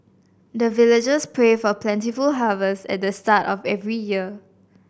the villagers pray for plentiful harvest at the start of every year